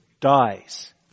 dies